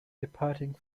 departing